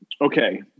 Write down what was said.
Okay